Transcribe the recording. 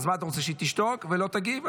אז אתה רוצה שהיא תשתוק ולא תגיב?